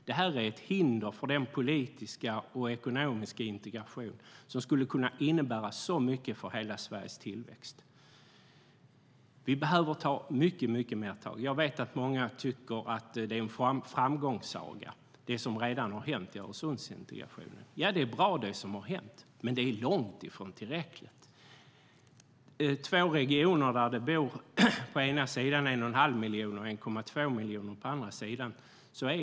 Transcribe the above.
Det här är ett hinder för den politiska och ekonomiska integration som skulle kunna innebära så mycket för hela Sveriges tillväxt. Vi behöver ta mycket större tag. Jag vet att många tycker att det som redan har hänt i Öresundsintegrationen är en framgångssaga. Ja, det som har hänt är bra, men det är långt ifrån tillräckligt. Det är två regioner. På ena sidan bor det 1 1⁄2 miljoner och på den andra sidan 1,2 miljoner.